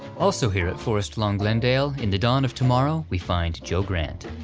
also here at forest lawn glendale, in the dawn of tomorrow, we find joe grant.